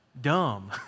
Dumb